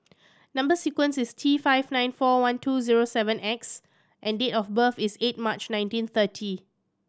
number sequence is T five nine four one two zero seven X and date of birth is eight March nineteen thirty